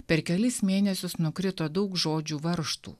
per kelis mėnesius nukrito daug žodžių varžtų